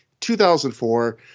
2004